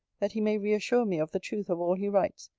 that he may re-assure me of the truth of all he writes,